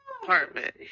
Apartment